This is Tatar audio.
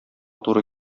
туры